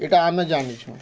ଇଟା ଆମେ ଜାନିଛୁଁ